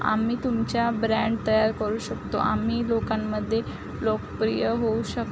आम्ही तुमच्या ब्रँड तयार करू शकतो आम्ही लोकांमध्ये लोकप्रिय होऊ शकतो